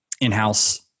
in-house